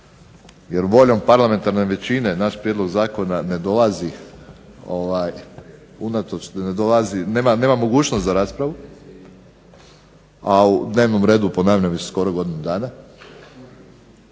jer voljom parlamentarne većine naš prijedlog zakona ne dolazi, nema mogućnost za raspravu, a u dnevnom redu je ponavljam već skoro godinu dana,